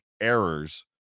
errors